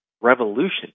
revolution